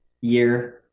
year